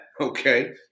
Okay